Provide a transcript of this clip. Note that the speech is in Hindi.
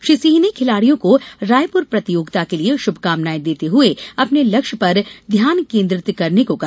श्री सिंह ने खिलाड़ियों को रायपुर प्रतियोगिता के लिये शुभकामनाएँ देते हुए अपने लक्ष्य पर ध्यान केन्द्रित करने को कहा